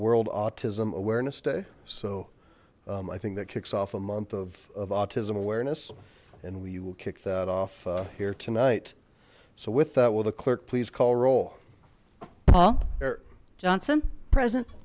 world autism awareness day so i think that kicks off a month of autism awareness and we will kick that off here tonight so with that with a clerk please call roll huh johnson present